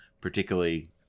particularly